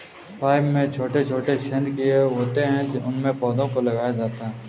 pipe में छोटे छोटे छेद किए हुए होते हैं उनमें पौधों को लगाया जाता है